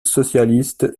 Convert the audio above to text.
socialistes